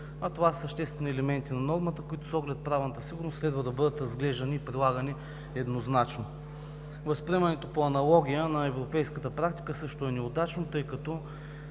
а това са съществени елементи на нормата, които, с оглед правната сигурност, следва да бъдат разглеждани и прилагани еднозначно. Възприемането по аналогия на европейската практика също е неудачно, тъй като